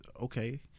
okay